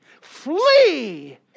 flee